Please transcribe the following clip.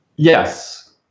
Yes